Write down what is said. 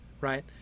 right